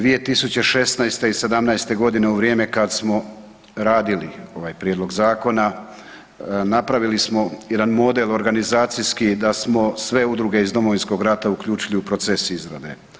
2016. i 2017. g. u vrijeme kad smo radili ovaj prijedlog zakona, napravili smo jedan model organizacijski i da smo sve udruge iz Domovinskog rata uključili u proces izrade.